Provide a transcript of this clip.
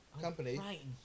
company